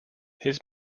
his